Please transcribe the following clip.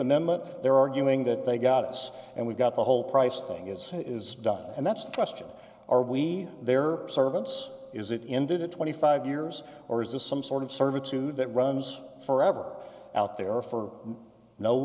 amendment they're arguing that they've got us and we've got the whole price thing as is done and that's the question are we their servants is it indeed a twenty five years or is this some sort of servitude that runs forever out there or for no